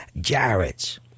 Jarrett